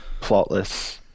plotless